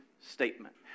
statement